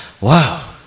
wow